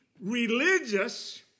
religious